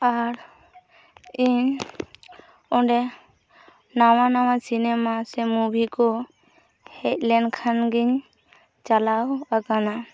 ᱟᱨ ᱤᱧ ᱚᱸᱰᱮ ᱱᱟᱣᱟ ᱱᱟᱣᱟ ᱥᱤᱱᱮᱢᱟ ᱥᱮ ᱢᱩᱵᱷᱤᱠᱚ ᱦᱮᱡᱞᱮᱱ ᱠᱷᱟᱱᱜᱤᱧ ᱪᱟᱞᱟᱣ ᱟᱠᱟᱱᱟ